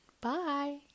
bye